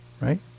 right